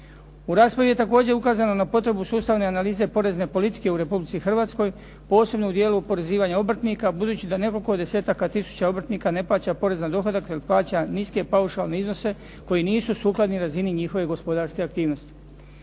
U raspravi je također ukazano na potrebu sustavne analize porezne politike u Republici Hrvatskoj, posebno u dijelu oporezivanja obrtnika budući da nekoliko desetaka tisuća obrtnika ne plaća porez na dohodak, jer plaća niske paušalne iznose koji nisu sukladni razini njihove gospodarske aktivnosti.